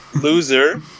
Loser